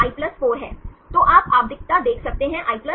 तो आप आवधिकता देख सकते हैं i 5